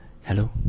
Hello